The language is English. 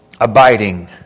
abiding